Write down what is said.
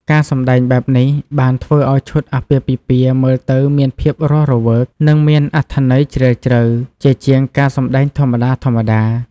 ការសម្ដែងបែបនេះបានធ្វើឲ្យឈុតអាពាហ៍ពិពាហ៍មើលទៅមានភាពរស់រវើក និងមានអត្ថន័យជ្រាលជ្រៅ ជាជាងការសម្តែងធម្មតាៗ។